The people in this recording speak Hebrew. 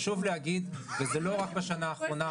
חשוב להגיד וזה לא רק בשנה האחרונה,